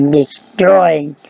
destroyed